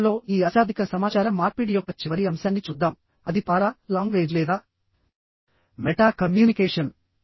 చివరలో ఈ అశాబ్దిక సమాచార మార్పిడి యొక్క చివరి అంశాన్ని చూద్దాం అది పారా లాంగ్వేజ్ లేదా మెటా కమ్యూనికేషన్